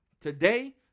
Today